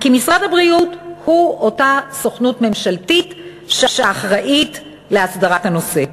כי משרד הבריאות הוא אותה סוכנות ממשלתית שאחראית להסדרת הנושא.